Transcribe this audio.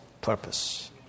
purpose